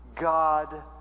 God